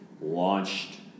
launched